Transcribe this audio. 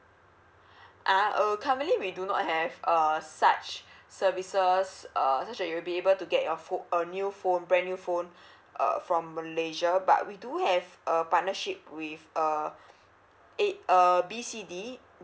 ah uh currently we do not have uh such services uh such as you will be able to get your phone a new phone brand new phone err from malaysia but we do have a partnership with uh A uh B C D